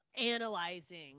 analyzing